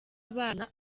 abana